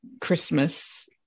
Christmas